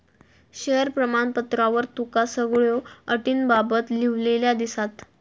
share प्रमाणपत्रावर तुका सगळ्यो अटींबाबत लिव्हलेला दिसात